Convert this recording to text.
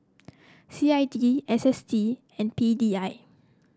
C I D S S T and P D I